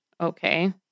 Okay